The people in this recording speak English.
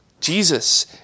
Jesus